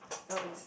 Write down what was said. so is